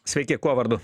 sveiki kuo vardu